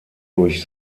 durch